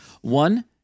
One